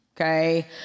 okay